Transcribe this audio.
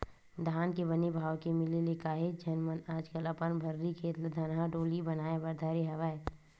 धान के बने भाव के मिले ले काहेच झन मन आजकल अपन भर्री खेत ल धनहा डोली बनाए बर धरे हवय